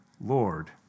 Lord